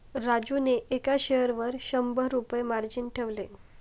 राजूने एका शेअरवर शंभर रुपये मार्जिन ठेवले